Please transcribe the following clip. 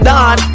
Don